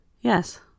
Yes